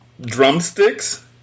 Drumsticks